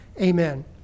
Amen